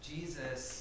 Jesus